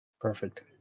Perfect